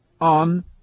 on